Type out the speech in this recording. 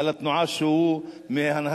על התנועה שהוא מהנהגתה.